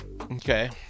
Okay